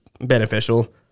beneficial